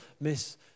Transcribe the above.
miss